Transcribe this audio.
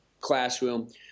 classroom